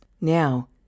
Now